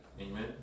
Amen